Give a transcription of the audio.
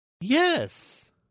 Yes